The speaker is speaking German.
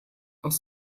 aus